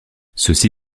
ceci